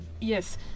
Yes